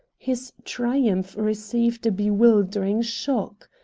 his triumph received a bewildering shock.